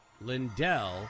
Lindell